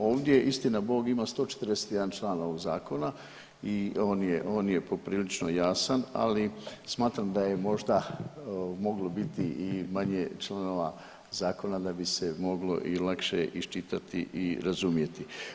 Ovdje istinabog ima 141 član ovog zakona i on je poprilično jasan, ali smatram da je možda moglo biti i manje članova zakona da bi se moglo i lakše iščitati i razumjeti.